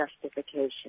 justification